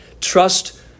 Trust